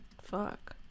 Fuck